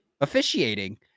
officiating